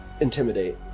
intimidate